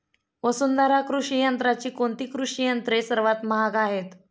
वसुंधरा कृषी यंत्राची कोणती कृषी यंत्रे सर्वात महाग आहेत?